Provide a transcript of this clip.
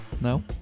No